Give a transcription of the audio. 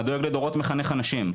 "הדואג לדורות מחנך אנשים".